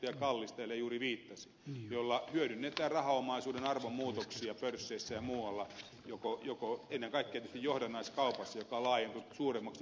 kallis täällä juuri viittasi joilla hyödynnetään rahaomaisuuden arvon muutoksia pörsseissä ja muualla ennen kaikkea tietysti johdannaiskaupassa joka on laajentunut suuremmaksi kuin maailman kansantuote